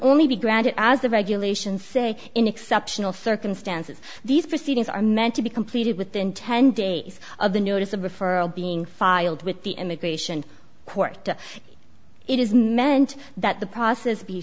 only be granted as the regulations say in exceptional circumstances these proceedings are meant to be completed within ten days of the notice of referral being filed with the immigration court it is meant that the process be